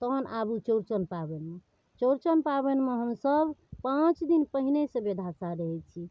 तहन आबू चौरचन पाबनिमे चौरचन पाबनिमे हमसभ पाँच दिन पहिनहिसँ बेधासा रहै छी